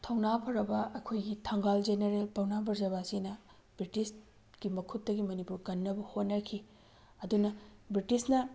ꯊꯧꯅꯥ ꯐꯔꯕ ꯑꯩꯈꯣꯏꯒꯤ ꯊꯪꯒꯥꯜ ꯖꯦꯅꯔꯦꯜ ꯄꯥꯎꯅꯥ ꯕ꯭ꯔꯖꯕꯥꯁꯤꯅ ꯕ꯭ꯔꯤꯇꯤꯁꯀꯤ ꯃꯈꯨꯠꯇꯒꯤ ꯃꯅꯤꯄꯨꯔ ꯀꯟꯅꯕ ꯍꯣꯠꯅꯈꯤ ꯑꯗꯨꯅ ꯕ꯭ꯔꯤꯇꯤꯁꯅ